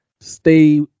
stay